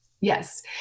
yes